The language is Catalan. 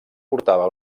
portava